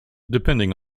depending